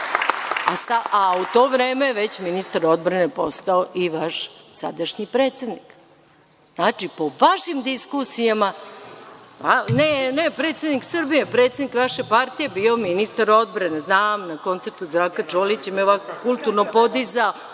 a u to vreme već je ministar odbrane postao i vaš sadašnji predsednik. Znači, po vašim diskusijama, ne predsednik Srbije, predsednik vaše partije bio je ministar odbrane. Znam, na koncertu Zdravka Čolića me je kulturno podizao,